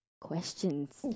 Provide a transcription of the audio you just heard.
questions